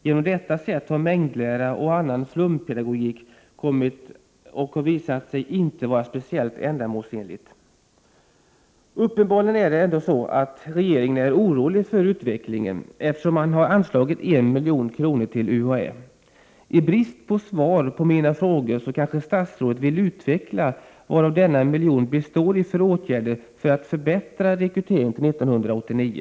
Genom detta sätt har mängdlära och annan flumpedagogik tillkommit men inte visat sig speciellt ändamålsenliga. Uppenbarligen är regeringen trots allt orolig för utvecklingen, eftersom den har anslagit 1 milj.kr. till UHÄ. I brist på svar på mina frågor kanske statsrådet kan utveckla sitt resonemang om vilka åtgärder denna miljon skall användas till för att förbättra rekryteringen till 1989.